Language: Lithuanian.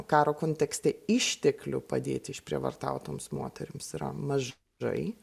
karo kontekste išteklių padėti išprievartautoms moterims yra mažai